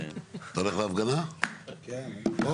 כמו